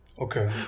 Okay